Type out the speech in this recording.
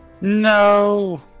No